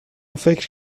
فکر